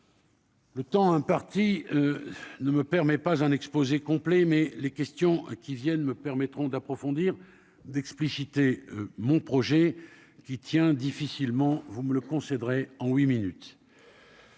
Le temps imparti ne me permet pas un exposé complet, mais les questions qui viennent me permettront d'approfondir d'expliciter mon projet qui tient difficilement vous me le concéderaient en 8 minutes.